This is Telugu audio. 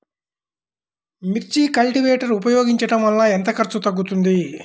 మిర్చి కల్టీవేటర్ ఉపయోగించటం వలన ఎంత ఖర్చు తగ్గుతుంది?